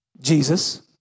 Jesus